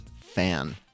fan